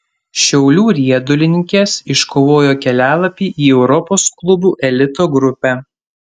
šiaulių riedulininkės iškovojo kelialapį į europos klubų elito grupę